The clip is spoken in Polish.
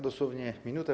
Dosłownie minuta.